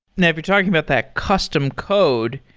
now, if you're talking about that custom code,